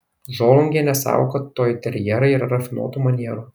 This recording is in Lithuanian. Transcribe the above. žolungienė sako kad toiterjerai yra rafinuotų manierų